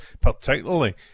particularly